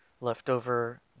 leftover